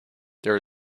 there